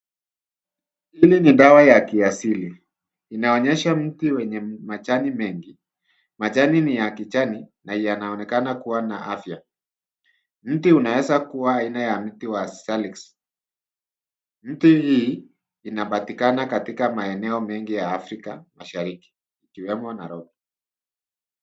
Hili ni dawa ya kiasili. Inaonyesha mti wenye majani mengi. Majani ni ya kijani na yanaonekana kuwa na afya. Mti unaweza kuwa aina ya mti wa starlings .Mti hii inapatikana katika maeneo mengi ya Afrika mashariki ikiwemo Nairobi.